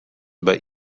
über